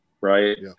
right